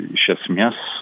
iš esmės